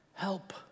Help